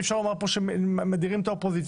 אי אפשר לומר שמדירים פה את האופוזיציה.